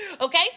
Okay